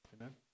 Amen